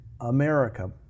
America